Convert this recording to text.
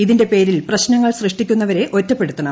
ഇതിന്റെ പേരിൽ പ്രശ്നങ്ങൾ സൃഷ്ടിക്കുന്നവരെ ഒറ്റപ്പെടുത്തണം